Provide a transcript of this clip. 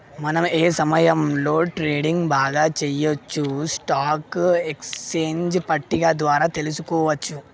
మనం ఏ సమయంలో ట్రేడింగ్ బాగా చెయ్యొచ్చో స్టాక్ ఎక్స్చేంజ్ పట్టిక ద్వారా తెలుసుకోవచ్చు